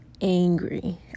angry